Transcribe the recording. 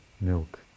milk